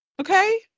Okay